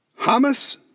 Hamas